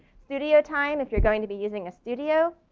studio time, if you're going to be using a studio.